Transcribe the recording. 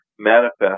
manifest